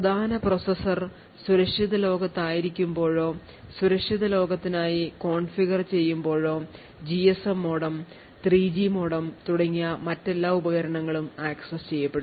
പ്രധാന പ്രോസസ്സർ സുരക്ഷിത ലോകത്ത് ആയിരിക്കുമ്പോഴോ സുരക്ഷിത ലോകത്തിനായി കോൺഫിഗർ ചെയ്യുമ്പോഴോ ജിഎസ്എം മോഡം 3 ജി മോഡം തുടങ്ങിയ മറ്റെല്ലാ ഉപകരണങ്ങളും ആക്സസ് ചെയ്യപ്പെടും